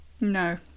No